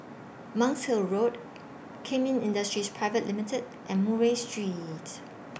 Monk's Hill Road Kemin Industries Pivate Limited and Murray Street